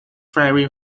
very